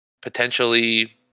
potentially